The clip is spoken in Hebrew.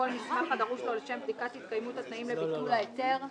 כל מסמך הדרוש לו לשם בדיקת התקיימות התנאים לביטול ההיתר,